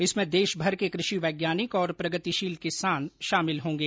इसमें देशभर के कृषि वैज्ञानिक और प्रगतिशील किसान शामिल होंगे